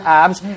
abs